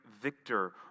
victor